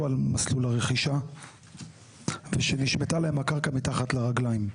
על מסלול הרכישה ושנשמטה להם הקרקע מתחת לרגליים.